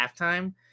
halftime